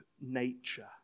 nature